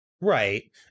Right